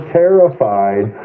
terrified